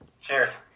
Cheers